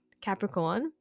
Capricorn